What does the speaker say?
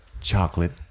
chocolate